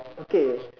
okay